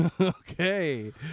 Okay